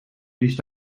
blies